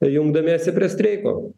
jungdamiesi prie streiko